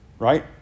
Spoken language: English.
Right